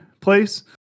place